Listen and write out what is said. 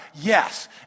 Yes